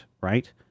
right